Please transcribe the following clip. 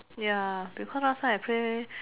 ya because last time I play